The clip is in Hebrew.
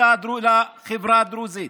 לחברה הדרוזית